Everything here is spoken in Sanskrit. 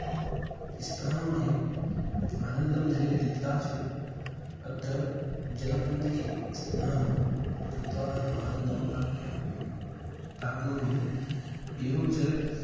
स्थानम् अयं आनन्दं जनयति तथा च अत्र जलबन्दके स्नानं कृत्वा अहं आनन्दं प्राप्यामि प्राप्नोमि एवं च